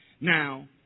Now